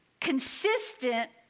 consistent